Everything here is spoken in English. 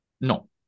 No